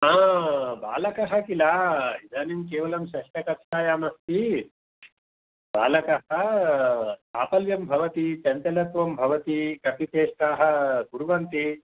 बालकः किल इदानीं केवलं षष्ठकक्षायाम् अस्ति बालकः चाफल्यं भवति चञ्चलत्वं भवति कपिचेष्टाः कुर्वन्ति